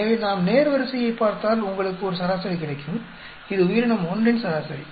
எனவே நாம் நேர்வரிசையைப் பார்த்தால் உங்களுக்கு ஒரு சராசரி கிடைக்கும் இது உயிரினம் 1ன் சராசரி